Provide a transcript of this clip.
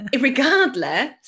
regardless